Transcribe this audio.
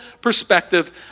perspective